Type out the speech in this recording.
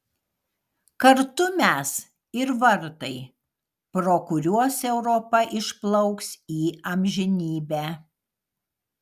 kartu mes ir vartai pro kuriuos europa išplauks į amžinybę